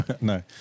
No